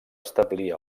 establir